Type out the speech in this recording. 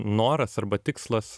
noras arba tikslas